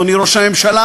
אדוני ראש הממשלה,